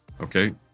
Okay